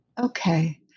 Okay